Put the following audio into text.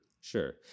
Sure